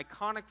iconic